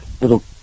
little